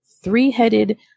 three-headed